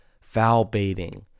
foul-baiting